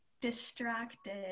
Distracted